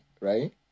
right